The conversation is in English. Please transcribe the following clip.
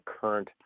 current